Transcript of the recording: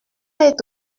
est